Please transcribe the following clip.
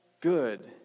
good